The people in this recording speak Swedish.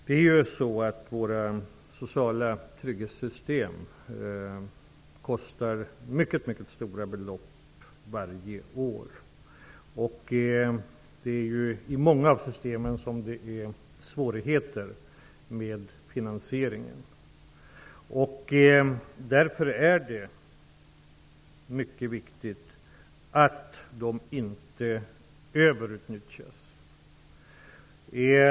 Herr talman! Våra sociala trygghetssystem kostar stora summor pengar varje år. I många av systemen är det svårigheter med finansieringen, och därför är det mycket viktigt att de inte överutnyttjas.